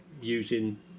using